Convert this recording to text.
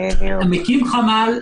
אתה מקים חמ"ל,